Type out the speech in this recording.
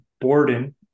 Borden